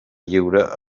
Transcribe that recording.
lliure